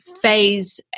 phase